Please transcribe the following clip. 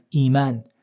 Iman